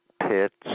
pits